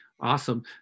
Awesome